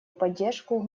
поддержку